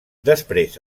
després